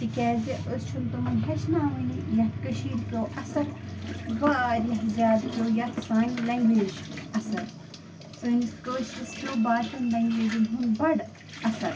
تِکیٛازِ أسۍ چھِنہٕ تِمن ہیٚچھناوٲنی یَتھ کٔشیٖرِ پیوٚو اثر وارِیاہ زیادٕ پیوٚو یَتھ سانہِ لینٛگویج اثر سٲنِس کٲشرِس پیوٚو باقین لنٛگویجن ہُنٛد بَڑٕ اثر